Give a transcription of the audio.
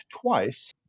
twice